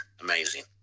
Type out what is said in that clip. Amazing